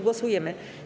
Głosujemy.